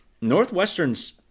Northwestern's